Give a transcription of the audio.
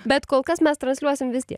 bet kol kas mes transliuosim vis tiek